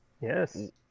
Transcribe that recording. yes